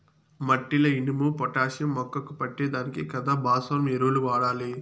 మట్టిల ఇనుము, పొటాషియం మొక్కకు పట్టే దానికి కదా భాస్వరం ఎరువులు వాడాలి